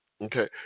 Okay